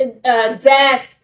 Death